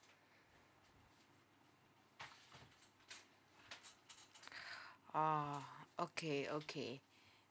oh okay okay